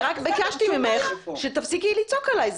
רק ביקשתי ממך שתפסיקי לצעוק עלי.